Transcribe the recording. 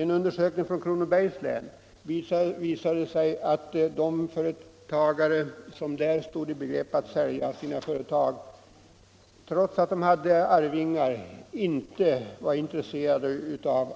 En undersökning från Kronobergs län visar att företagare, som där stod i begrepp att sälja sina företag, trots att de hade arvingar inte var intresserade